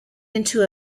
into